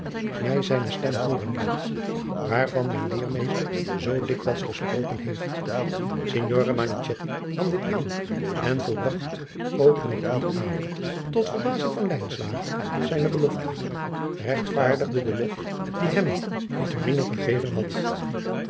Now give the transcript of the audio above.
mij zijne stem hooren laat waarvan mijn leermeester zoo dikwijls gesproken heeft signore manichetti nam dit aan en volbragt ook nog dien avond tot verbazing van lijnslager zijne belofte regtvaardigende den lof dien hem vittorino gegeven had